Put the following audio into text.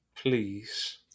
Please